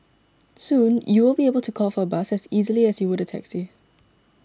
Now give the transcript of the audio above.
soon you will be able to call for a bus as easily as you would a taxi